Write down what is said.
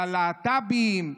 ללהט"בים,